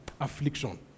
affliction